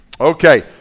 Okay